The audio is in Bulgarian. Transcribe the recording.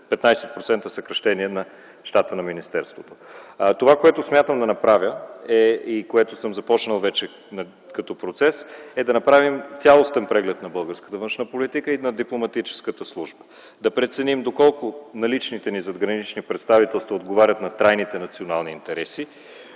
15% съкращение на щата на министерството. Смятам, вече съм започнал като процес, да направим цялостен преглед на българската външна политика и на дипломатическата служба, да преценим доколко наличните ни задгранични представителства отговарят на трайните национални интереси,